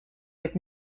with